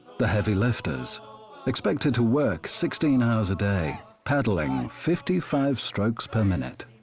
the heavy lifters expected to work sixteen hours a day, paddling fifty five stokes per minute.